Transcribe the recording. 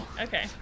okay